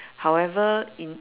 however in